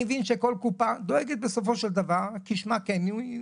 אני מבין שכל קופה דואגת בסופו של דבר כשמה כן הוא,